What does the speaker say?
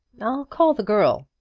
i'll call the girl.